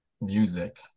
music